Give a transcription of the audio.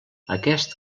aquest